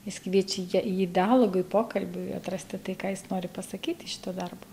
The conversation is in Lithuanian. jis kviečia ja jį dialogui pokalbiui atrasti tai ką jis nori pasakyti šituo darbu